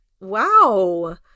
wow